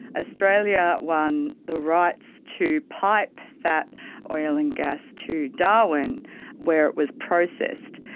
australia won the rights to pipe that oil and gas to darwin where it was processed,